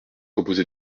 composé